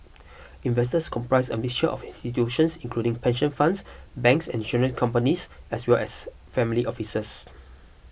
investors comprise a mixture office institutions including pension funds banks and insurance companies as well as family offices